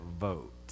vote